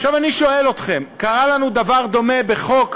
אני שואל אתכם, קרה לנו דבר דומה בחוק